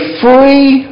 free